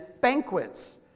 banquets